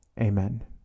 Amen